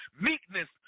meekness